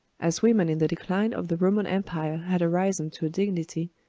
as women in the decline of the roman empire had arisen to a dignity,